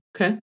okay